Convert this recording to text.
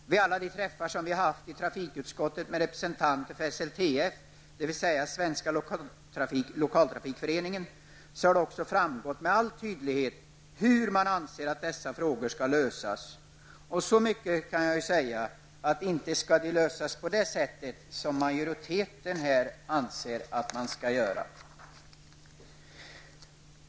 Vid alla de träffar som vi haft i trafikutskottet med representanter för SLTF, dvs. Svenska Lokaltrafikföreningen, har det också framgått med all tydlighet hur man anser att dessa frågor skall lösas. Och så mycket kan jag ju säga, att inte skall de lösas på det sätt som majoriteten här förordar.